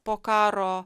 po karo